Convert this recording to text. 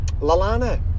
Lalana